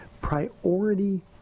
priority